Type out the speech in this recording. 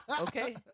Okay